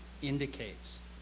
indicates